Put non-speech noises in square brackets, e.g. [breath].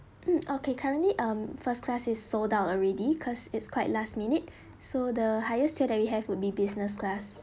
mm okay currently um first class is sold out already because it's quite last minute [breath] so the highest tier that we have would be business class